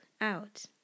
out